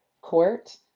court